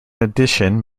addition